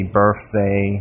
birthday